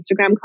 Instagram